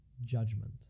judgment